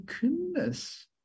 goodness